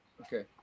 okay